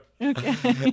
Okay